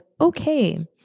okay